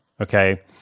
Okay